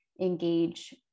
engage